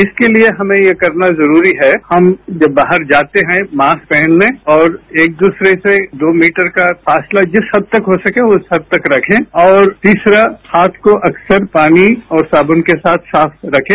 इसके लिए हमें ये करना जरूरी है हम जब बाहर जाते हैं मास्क पहन लें और एक दसरे से दो मीटर का फासला जिस हद तक हो सके उस हद तक रखें और तीसरा हाथ को अक्सर पानी और साबन के साथ साफ रखें